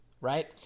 right